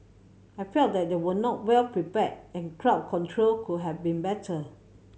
I felt that they were not well prepared and crowd control could have been better